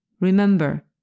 Remember